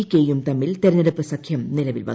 ക്ട്രെയും തമ്മിൽ തെരഞ്ഞെടുപ്പ് സഖ്യം നിലവിൽ വന്നു